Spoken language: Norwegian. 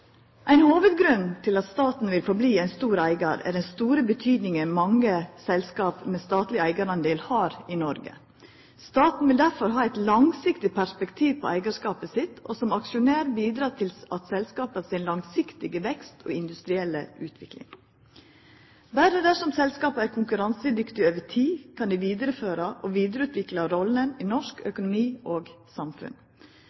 Ein hovudgrunn til at staten framleis vil vera ein stor eigar, er den viktige rolla mange selskap med statlege eigardelar har i Noreg. Staten vil derfor ha eit langsiktig perspektiv på eigarskapen sin og som aksjonær bidra til selskapa sin langsiktige vekst og deira industrielle utvikling. Berre dersom selskapa er konkurransedyktige over tid, kan dei vidareføra og vidareutvikla rolla i norsk